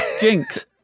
jinx